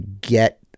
get